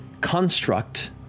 construct